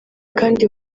kandi